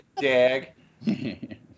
Dag